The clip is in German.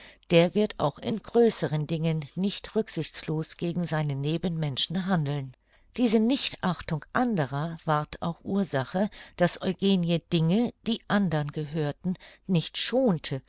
der wird auch in größeren dingen nicht rücksichtslos gegen seine nebenmenschen handeln diese nichtachtung anderer ward auch ursache daß eugenie dinge die andern gehörten nicht schonte